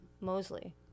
Mosley